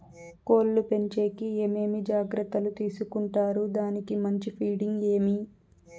కోళ్ల పెంచేకి ఏమేమి జాగ్రత్తలు తీసుకొంటారు? దానికి మంచి ఫీడింగ్ ఏమి?